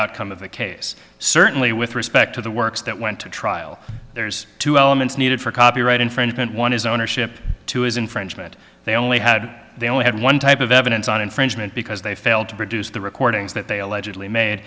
outcome of the case certainly with respect to the works that went to trial there's two elements needed for copyright infringement one is ownership two is infringement they only had they only had one type of evidence on infringement because they failed to produce the recordings that they allegedly made